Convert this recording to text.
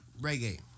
Reggae